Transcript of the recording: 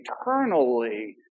eternally